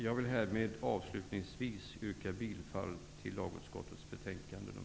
Jag vill härmed avslutningsvis yrka bifall till hemställan i lagutskottets betänkande nr